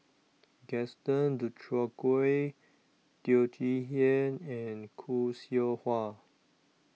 Gaston Dutronquoy Teo Chee Hean and Khoo Seow Hwa